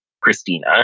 Christina